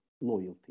loyalty